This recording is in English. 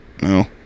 No